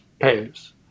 pays